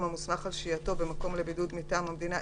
המוסמך על שהייתו במקום לבידוד מטעם המדינה,